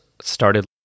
started